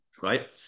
Right